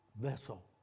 vessel